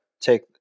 take –